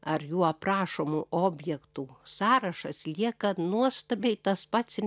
ar jų aprašomų objektų sąrašas lieka nuostabiai tas pats ir